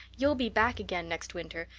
you'll be back again next winter,